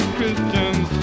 Christians